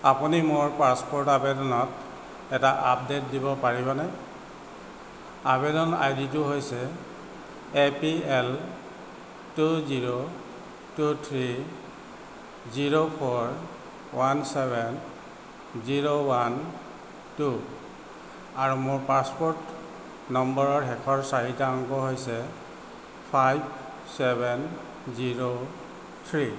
আপুনি মোৰ পাছপ'ৰ্ট আবেদনত এটা আপডেট দিব পাৰিবনে আবেদন আইডিটো হৈছে A P L two zero two three zero four one seven zero one two আৰু মোৰ পাছপ'ৰ্ট নম্বৰৰ শেষৰ চাৰিটা অংক হৈছে ফাইভ চেভেন জিৰ' থ্ৰি